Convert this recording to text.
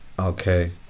okay